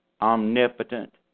omnipotent